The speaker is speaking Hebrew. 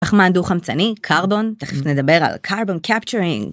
פחמן דו חמצני, carbon, תכף נדבר על carbon capturing